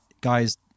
guys